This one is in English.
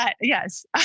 yes